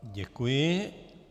Děkuji.